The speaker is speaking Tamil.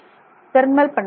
தெர்மல் பண்புகள்